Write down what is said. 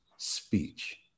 speech